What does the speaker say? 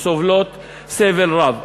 וסובלים סבל רב.